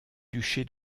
duché